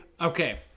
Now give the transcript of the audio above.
Okay